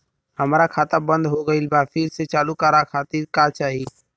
हमार खाता बंद हो गइल बा फिर से चालू करा खातिर का चाही?